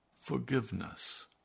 forgiveness